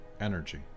energy